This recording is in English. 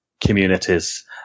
communities